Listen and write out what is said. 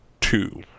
two